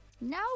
No